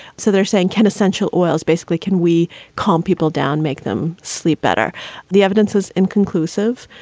so they're saying can essential oils basically can we calm people down, make them sleep better the evidence is inconclusive.